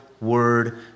word